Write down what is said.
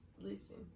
Listen